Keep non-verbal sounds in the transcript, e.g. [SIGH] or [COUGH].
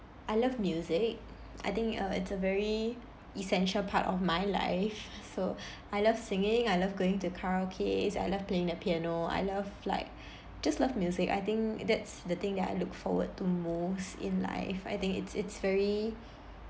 I love music I think uh it's a very essential part of my life so [BREATH] I love singing I love going to karaoke I love playing the piano I love like just love music I think that's the thing that I look forward to most in life I think it's it's very